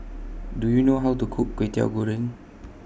Do YOU know How to Cook Kway Teow Goreng